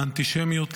האנטישמיות לצערנו,